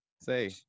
say